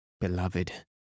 beloved